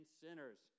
sinners